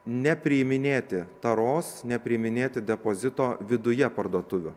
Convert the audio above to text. nepriiminėti taros nepriiminėti depozito viduje parduotuvių